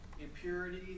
impurity